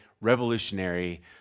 revolutionary